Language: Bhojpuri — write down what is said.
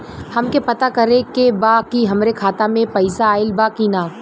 हमके पता करे के बा कि हमरे खाता में पैसा ऑइल बा कि ना?